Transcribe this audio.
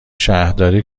شهرداری